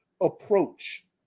approach